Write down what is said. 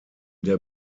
der